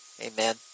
Amen